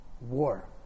war